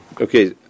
Okay